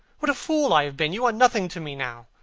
what a fool i have been! you are nothing to me now.